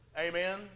Amen